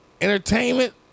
entertainment